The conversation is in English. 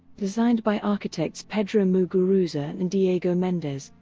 designed by architects pedro muguruza and diego mendez,